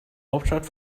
hauptstadt